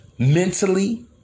Mentally